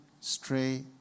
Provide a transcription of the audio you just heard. stray